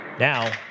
Now